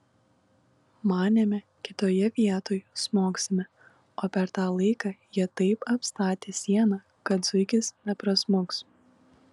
manėme kitoje vietoj smogsime o per tą laiką jie taip apstatė sieną kad zuikis neprasmuks